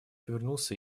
повернулся